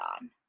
on